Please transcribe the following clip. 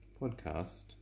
podcast